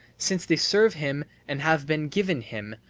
since they serve him and have been given him,